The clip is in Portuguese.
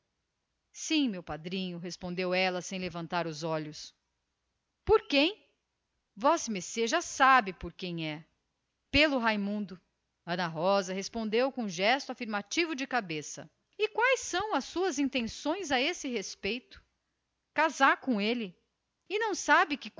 sim meu padrinho respondeu ela sem levantar os olhos por quem vossemecê já sabe por quem é pelo raimundo a moça respondeu com um gesto afirmativo de cabeça e quais são as suas intenções a esse respeito casar com ele e não se